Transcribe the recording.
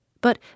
But